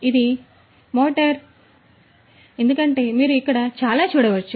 కాబట్టి ఇది ఈ మోటారు ఇది ఈ మోటారు ఎందుకంటే మీరు ఇక్కడ ఇలా చూడవచ్చు